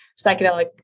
psychedelic